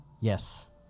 Yes